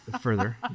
further